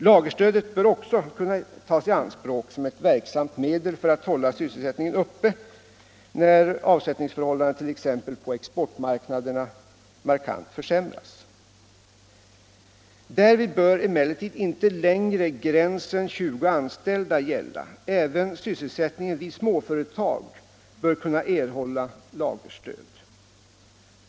Lagerstödet bör också kunna tas i anspråk som ett verksamt medel för att hålla sysselsättningen uppe när avsättningsförhållandena t.ex. på exportmarknaderna markant försämras. Därvid bör emellertid inte längre gränsen 20 anställda gälla. Även sysselsättningen vid småföretag bör kunna främjas genom lagerstödet.